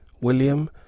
William